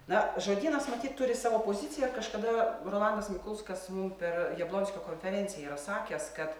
na žodynas matyt turi savo poziciją kažkada rolandas mikulskas mum per jablonskio konferenciją yra sakęs kad